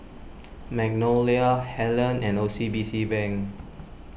Magnolia Helen and O C B C Bank